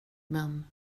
men